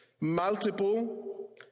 multiple